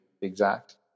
exact